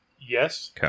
Yes